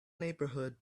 neighborhood